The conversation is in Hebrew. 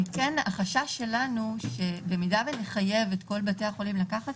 החשש שלנו שבמידה ונחייב את כל בתי החולים לקחת